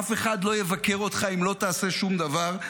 אף אחד לא יבקר אותך אם לא תעשה שום דבר.